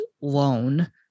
loan